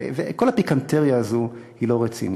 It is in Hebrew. כל הפיקנטריה הזאת היא לא רצינית.